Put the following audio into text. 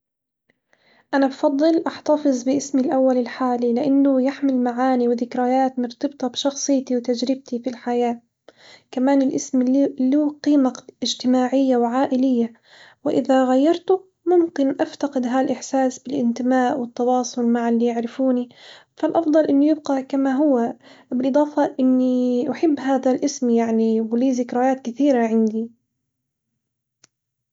أنا بفظل أحتفظ باسمي الأول الحالي، لأنه يحمل معاني وذكريات مرتبطة بشخصيتي وتجربتي في الحياة، كمان الاسم له- له قيمة اجتماعية وعائلية وإذا غيرته ممكن أفتقد هالإحساس بالانتماء والتواصل مع اللي يعرفوني فالأفضل إنه يبقى كما هو، بالإضافة إني أحب هذا الاسم يعني وليه ذكريات كثيرة عندي.